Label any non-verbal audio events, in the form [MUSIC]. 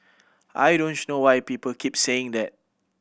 I don't [UNINTELLIGIBLE] know why people keep saying that